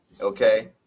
Okay